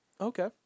okay